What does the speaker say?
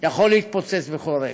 יכול להתפוצץ בכל רגע.